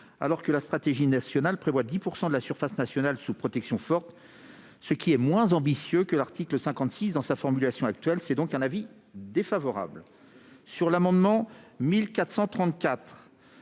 alors que la stratégie nationale prévoit 10 % de la surface nationale sous protection forte, ce qui est moins ambitieux que l'article 56 dans sa rédaction actuelle. Pour ces raisons, la commission est défavorable à l'amendement n°